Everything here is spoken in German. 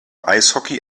eishockey